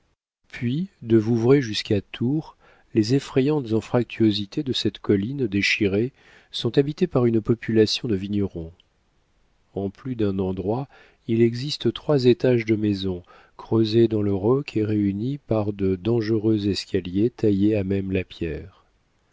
puis de vouvray jusqu'à tours les effrayantes anfractuosités de cette colline déchirée sont habitées par une population de vignerons en plus d'un endroit il existe trois étages de maisons creusées dans le roc et réunies par de dangereux escaliers taillés à même la pierre